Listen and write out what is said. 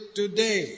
today